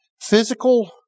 physical